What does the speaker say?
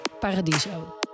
Paradiso